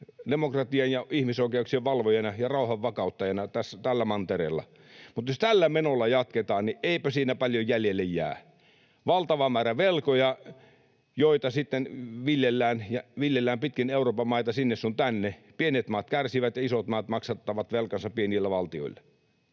demokratian ja ihmisoikeuksien valvojana ja rauhan vakauttajana tällä mantereella. Mutta jos tällä menolla jatketaan, niin eipä siinä paljon jäljelle jää: valtava määrä velkoja, joita sitten viljellään pitkin Euroopan maita sinne sun tänne. Pienet maat kärsivät, ja isot maat maksattavat velkansa pienillä valtioilla.